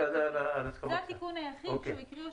זה התיקון היחיד שהוא הקריא,